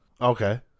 Okay